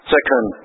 Second